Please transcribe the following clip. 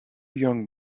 young